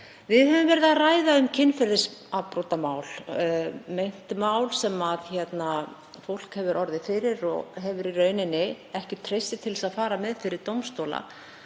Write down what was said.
Við höfum verið að ræða um kynferðisafbrotamál, meint brot sem fólk hefur orðið fyrir og hefur ekki treyst sér til að fara með fyrir dómstóla